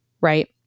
right